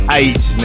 eight